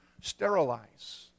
sterilize